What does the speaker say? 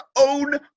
own